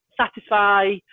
satisfy